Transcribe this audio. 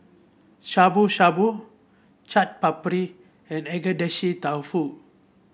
Shabu Shabu Chaat Papri and Agedashi Dofu